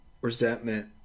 resentment